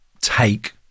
take